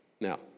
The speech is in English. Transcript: Now